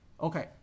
Okay